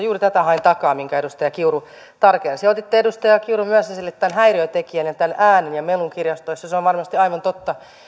juuri tätä hain takaa minkä edustaja kiuru tarkensi otitte edustaja kiuru myös esille tämän häiriötekijän ja äänen ja melun kirjastoissa se on varmasti aivan totta